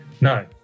no